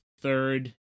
third